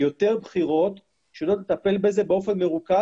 יותר בכירות שיודעות לטפל בזה באופן מרוכז.